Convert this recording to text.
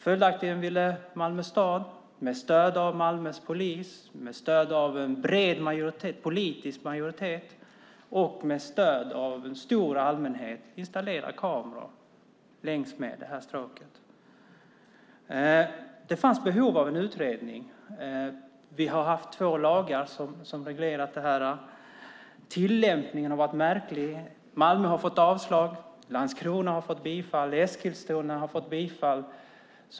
Följaktligen ville Malmö stad med stöd av Malmöpolisen, en bred politisk majoritet och en stor del av allmänheten installera kameror längs Stråket. Det fanns behov av en utredning. Vi har haft två lagar som reglerar detta. Tillämpningen har varit märklig. Malmö har fått avslag, medan Landskrona och Eskilstuna har fått bifall.